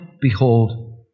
behold